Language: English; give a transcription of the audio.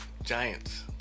Giants